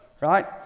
Right